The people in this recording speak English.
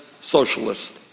socialist